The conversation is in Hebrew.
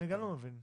אני גם לא מבין.